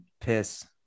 piss